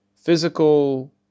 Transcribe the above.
physical